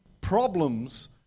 problems